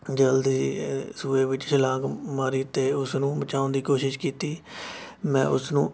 ਜਲਦ ਹੀ ਸੂਏ ਵਿੱਚ ਛਲਾਂਗ ਮਾਰੀ ਅਤੇ ਉਸ ਨੂੰ ਬਚਾਉਣ ਦੀ ਕੋਸ਼ਿਸ਼ ਕੀਤੀ ਮੈਂ ਉਸਨੂੰ